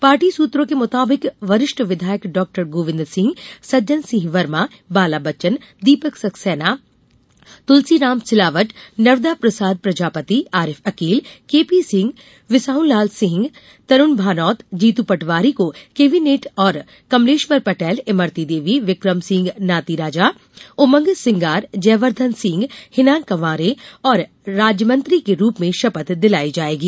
party सूत्रों के मुताबिक वरिष्ठ विधायक डॉक्टर गोविंद सिंह सज्जन सिंह वर्मा बाला बच्चन दीपक सक्सेना तुलसीराम सिंलावट नर्मदा प्रसाद प्रजापति आरिफ अकील केपीसिंह बिसाहूलाल सिंह तरूण भानोत जीतू पटवारी को कैबिनेट और कमलेश्वर पटेल इमरती देवी विक्रम सिंह नातीराजा उमंग सिंगार जयवर्धन सिंह हिना कांवरे को राज्यमंत्री के रूप में शपथ दिलाई जायेगी